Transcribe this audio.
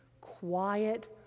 quiet